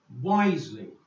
wisely